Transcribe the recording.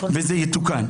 וזה יתוקן.